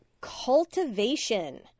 Cultivation